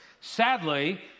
Sadly